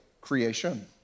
creation